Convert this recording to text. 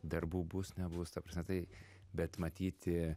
darbų bus nebus ta prasme tai bet matyti